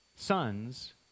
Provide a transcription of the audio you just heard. sons